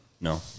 No